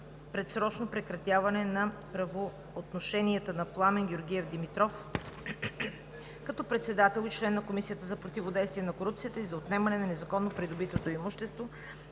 предсрочно прекратяване на правоотношенията на Антон Томов Славчев като заместник-председател и член на Комисията за противодействие на корупцията и за отнемане на незаконно придобитото имущество.